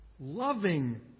loving